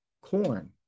corn